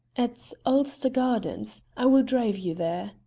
at ulster gardens. i will drive you there.